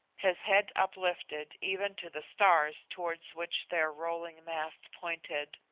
his head uplifted even to the stars towards which their rolling mast pointed.